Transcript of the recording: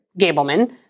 Gableman